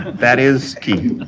that is key.